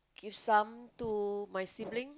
give some to my sibling